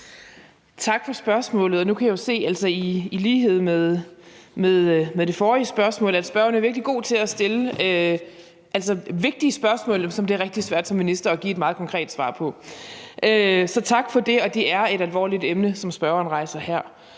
Tak for spørgsmålet. Nu kan jeg jo se, at spørgeren ligesom ved det tidligere spørgsmål er virkelig god til at stille vigtige spørgsmål, som det er rigtig svært for en minister at give et meget konkret svar på. Så tak for spørgsmålet – og det er et alvorligt emne, som spørgeren rejser her.